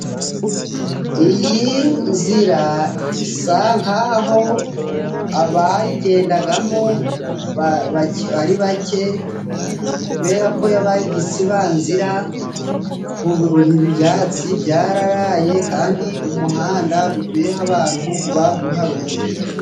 Iyi nzira isa nk'aho abayigendagamo ari bake kubera ko yabaye igisibanzira, ibyatsi byararaye kandi umuhanda gutuyeho abantu guba guharuye.